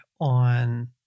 on